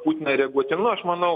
putiną reaguoti nu aš manau